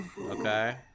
Okay